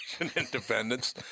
independence